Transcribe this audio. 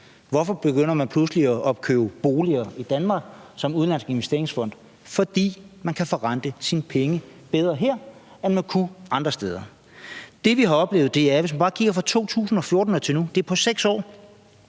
Hvorfor begynder man pludselig at opkøbe boliger i Danmark som udenlandsk investeringsfond? Fordi man kan forrente sine penge bedre her, end man kan andre steder. Det, vi har oplevet, er, at hvis vi bare kigger på perioden fra 2014 til nu – det er en periode